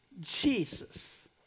Jesus